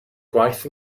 gwaith